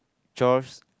chores